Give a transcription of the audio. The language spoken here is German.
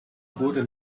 wurde